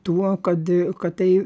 tuo kad a kad tai